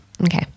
okay